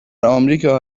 امریکا